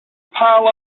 pile